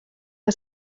que